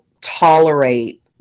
tolerate